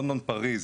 לונדון ופריז.